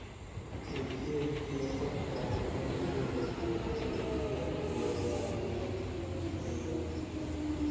वित्तीय विश्लेषक ग्राहकन के वित्त से जुड़ल जानकारी देवेला